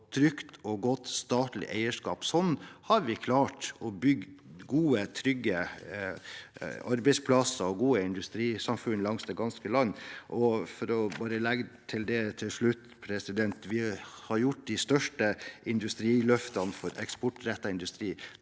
trygt og godt statlig eierskap har vi klart å bygge gode, trygge arbeidsplasser og gode industrisamfunn langs det ganske land. Jeg vil legge til dette til slutt: De største industriløftene for eksportrettet industri